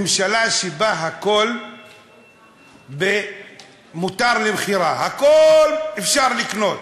ממשלה שבה הכול מותר למכירה, הכול אפשר לקנות.